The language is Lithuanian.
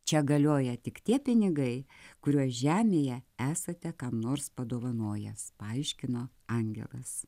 čia galioja tik tie pinigai kuriuos žemėje esate kam nors padovanojęs paaiškino angelas